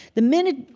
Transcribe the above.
the minute,